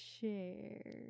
share